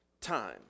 time